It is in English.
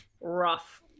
rough